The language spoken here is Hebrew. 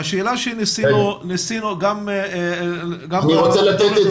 השאלה שניסינו גם --- אני רוצה לתת.